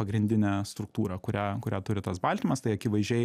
pagrindinę struktūrą kurią kurią turi tas baltymas tai akivaizdžiai